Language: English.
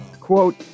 quote